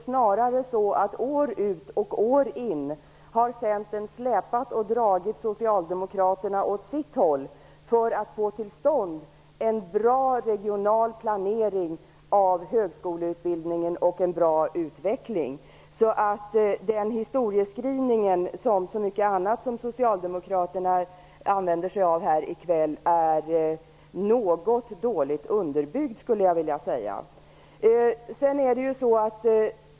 Snarare har Centern år ut och år in släpat och dragit Socialdemokraterna åt sitt håll för att få till stånd en bra regional planering av högskoleutbildningen och en bra utveckling. Eva Johanssons historieskrivning är, som så mycket annat som socialdemokraterna säger här i kväll, något dåligt underbyggd.